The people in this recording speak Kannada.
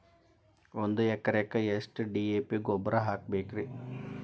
ಒಂದು ಎಕರೆಕ್ಕ ಎಷ್ಟ ಡಿ.ಎ.ಪಿ ಗೊಬ್ಬರ ಹಾಕಬೇಕ್ರಿ?